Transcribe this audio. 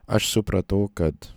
aš supratau kad